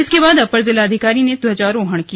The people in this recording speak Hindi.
इसके बाद अपर जिलाधिकारी ने ध्वजारोहण किया